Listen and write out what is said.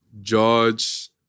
George